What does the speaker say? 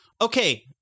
Okay